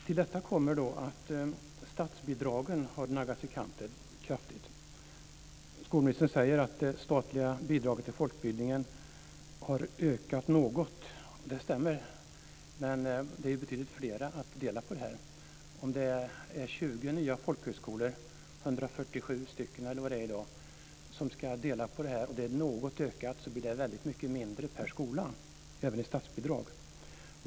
Till detta kommer då att statsbidragen kraftigt har naggats i kanten. Skolministern säger att det statliga bidraget till folkbildningen har ökat något. Det stämmer, men det är betydligt fler om att dela på det. Är det 20 nya folkhögskolor - det är sammanlagt 147 stycken - som ska vara med och dela på ett något ökat statsbidrag så blir det väldigt mycket mindre per skola även i statsbidrag.